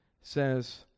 says